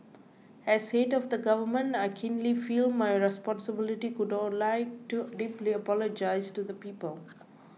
as head of the government I keenly feel my responsibility could all like to deeply apologise to the people